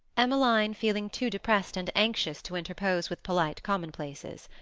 emmeline feeling too depressed and anxious to interpose with polite commonplaces.